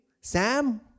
Sam